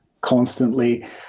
constantly